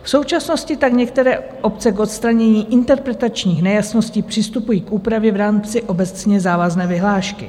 V současnosti tak některé obce k odstranění interpretačních nejasností přistupují k úpravě v rámci obecně závazné vyhlášky.